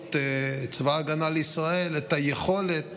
באמצעות צבא ההגנה לישראל, את היכולת